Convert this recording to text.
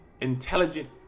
intelligent